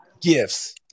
gifts